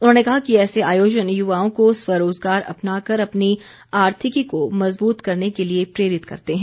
उन्होंने कहा कि ऐसे आयोजन युवाओं को स्वरोजगार अपनाकर अपनी आर्थिकी को मजबूत करने के लिए प्रेरित करते हैं